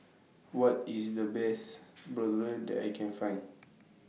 What IS The Best Bratwurst that I Can Find